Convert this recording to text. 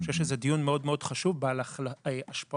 אני חושב שזה דיון מאוד מאוד חשוב בעל השפעות